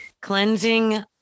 cleansing